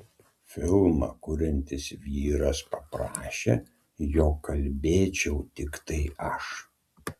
filmą kuriantis vyras paprašė jog kalbėčiau tiktai aš